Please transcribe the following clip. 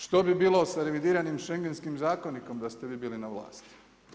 Što bi bilo sa revidiranim Šengenskim zakonikom da ste vi bili na vlasti?